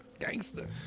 Gangster